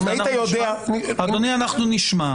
אדוני אנחנו נשמע,